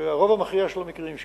שהרוב המכריע של המקרים,